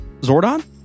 zordon